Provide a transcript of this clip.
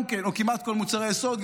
או כמעט כל מוצרי היסוד,